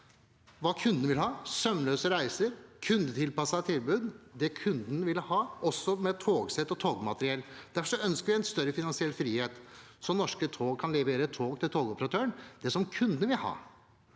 hva kundene vil ha, sømløse reiser, kundetilpassede tilbud – det kundene vil ha – også når det gjelder togsett og togmateriell. Derfor ønsker vi større finansiell frihet, så Norske tog kan levere tog til togoperatøren og det som kundene vil ha.